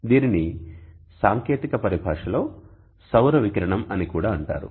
దీనిని సాంకేతిక పరిభాషలో సౌర వికిరణం అని కూడా అంటారు